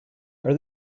are